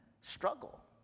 struggle